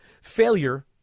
failure